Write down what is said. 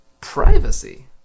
Privacy